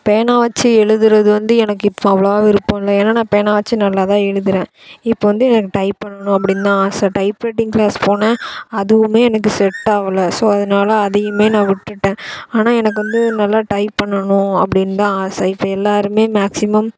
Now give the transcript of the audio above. பேனா வச்சி எழுதுறது வந்து எனக்கு இப்போ அவ்வளோவா விருப்பம்யில்ல ஏன்னா நான் பேனாவை வச்சு நல்லா தான் எழுதுறேன் இப்போ வந்து எனக்கு டைப் பண்ணணும் அப்டினு தான் ஆசை டைப்ரைட்டிங் க்ளாஸ் போனேன் அதுவும் எனக்கு செட் ஆகல ஸோ அதனால அதையும் நான் விட்டுட்டேன் ஆனால் எனக்கு வந்து நல்லா டைப் பண்ணனும் அப்படின்னு தான் ஆசை இப்போ எல்லோருமே மேக்ஸிமம்